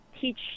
teach